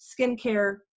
skincare